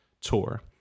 tour